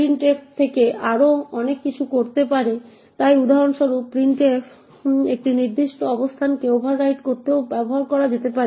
Printf এর থেকে আরও অনেক কিছু করতে পারে তাই উদাহরণস্বরূপ printf একটি নির্দিষ্ট অবস্থানকে ওভাররাইট করতেও ব্যবহার করা যেতে পারে